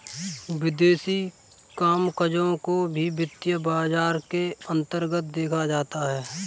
विदेशी कामकजों को भी वित्तीय बाजार के अन्तर्गत देखा जाता है